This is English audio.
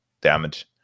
damage